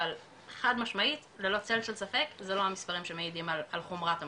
אבל חד משמעית ללא צל של ספק זה לא המספרים שמעידים על חומרת המצב.